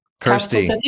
kirsty